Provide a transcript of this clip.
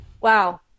Wow